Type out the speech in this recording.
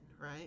right